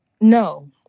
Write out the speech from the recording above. no